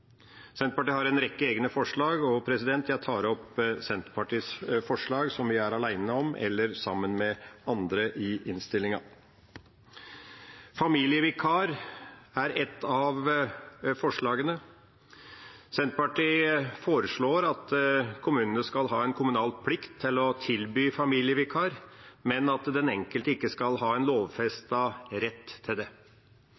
Senterpartiet har en rekke egne forslag, og jeg tar opp Senterpartiets forslag som vi er alene eller sammen med andre om i innstillinga. Ett av forslagene dreier seg om familievikar. Senterpartiet foreslår at kommunene skal ha en kommunal plikt til å tilby familievikar, men at den enkelte ikke skal ha en